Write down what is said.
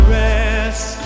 rest